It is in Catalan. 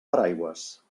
paraigües